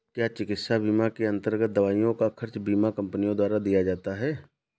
क्या चिकित्सा बीमा के अन्तर्गत दवाइयों का खर्च बीमा कंपनियों द्वारा दिया जाता है?